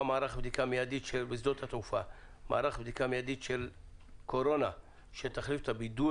מערך בדיקה מיידית של קורונה שתחליף את הבידוד